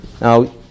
Now